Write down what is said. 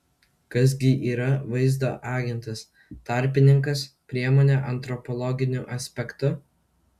kas gi yra vaizdo agentas tarpininkas priemonė antropologiniu aspektu